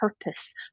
purpose